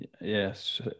Yes